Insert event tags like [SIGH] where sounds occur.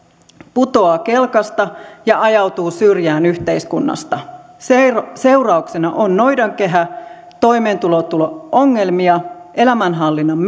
putoaa kelkasta ja ajautuu syrjään yhteiskunnasta seurauksena on noidankehä toimeentulo ongelmia elämänhallinnan [UNINTELLIGIBLE]